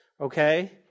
okay